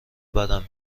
بدم